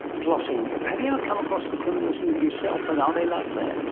plotting. have you ever come across the criminals unit yourself and are they like that?